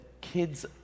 kids